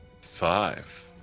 Five